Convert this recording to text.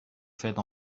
faites